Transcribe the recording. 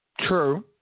True